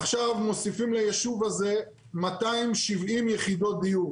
עכשיו מוסיפים ליישוב הזה 270 יחידות דיור.